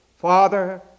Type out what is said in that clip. Father